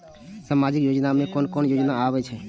सामाजिक योजना में कोन कोन योजना आबै छै?